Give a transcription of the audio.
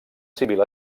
civil